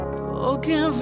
broken